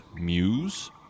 Muse